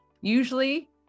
usually